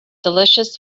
delicious